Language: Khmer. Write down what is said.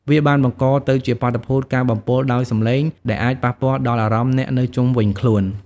វាបានបង្កទៅជាបាតុភូតការបំពុលដោយសំឡេងដែលអាចប៉ះពាល់ដល់អារម្មណ៍អ្នកនៅជុំវិញខ្លួន។